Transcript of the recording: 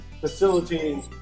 facilitating